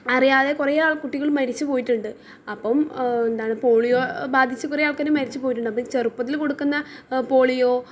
അറിയാതെ കുറേ ആൾ കുട്ടികൾ മരിച്ചുപോയിട്ടുണ്ട് അപ്പം എന്താണ് പോളിയോ ബാധിച്ച് കുറേ ആൾക്കാർ മരിച്ചുപോയിട്ടുണ്ട് അപ്പം ചെറുപ്പത്തിൽ കൊടുക്കുന്ന പോളിയോ